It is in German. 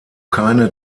keine